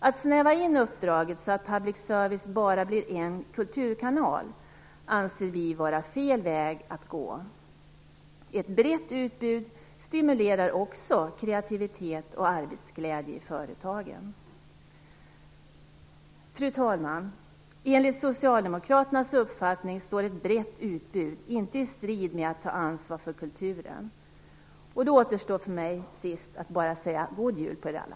Att snäva in uppdraget så att public service bara blir en kulturkanal anser vi vara fel väg att gå. Ett brett utbud stimulerar också kreativitet och arbetsglädje i företagen. Fru talman! Enligt socialdemokraternas uppfattning står ett brett utbud inte i strid med att ta ansvar för kulturen. Så återstår för mig bara att säga god jul till er alla.